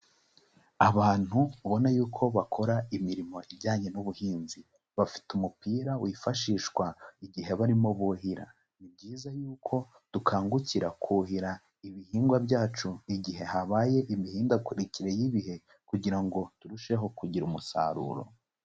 Abantu ubona y'uko bakora imirimo ijyanye n'ubuhinzi, bafite umupira wifashishwa igihe barimo buhira, ni byiza y'uko dukangukira kuhira ibihingwa byacu igihe habaye imihindagurikire y'ibihe kugira ngo turusheho kugira umusaruro.